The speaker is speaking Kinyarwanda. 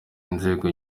inzego